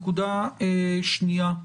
נקודה שנייה,